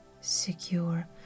Secure